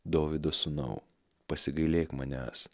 dovydo sūnau pasigailėk manęs